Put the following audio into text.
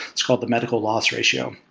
it's called the medical loss ratio.